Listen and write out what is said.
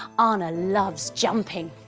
anna loves jumping.